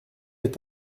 est